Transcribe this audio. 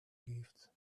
gift